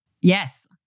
Yes